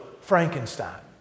Frankenstein